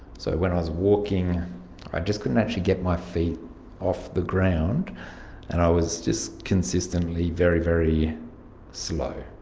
so when i was walking, i just couldn't actually get my feet off the ground and i was just consistently very, very slow.